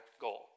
goal